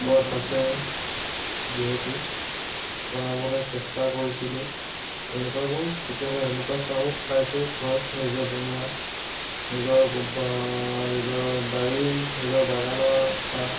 গছ আছে যিহেতু বনাবলৈ চেষ্টা কৰিছিলোঁ তেনেকুৱাকেও কেতিয়াবা তেনেকুৱা চাহো খাইছোঁ ঘৰত নিজে বনোৱা নিজৰ বা নিজৰ বাৰীৰ নিজৰ বাগানৰ চাহ